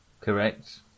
Correct